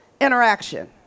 interaction